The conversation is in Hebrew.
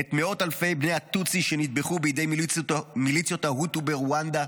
של מאות-אלפי בני הטוטסי שנטבחו בידי מיליציות ההוטו ברואנדה